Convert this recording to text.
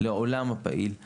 לעולם הפעיל,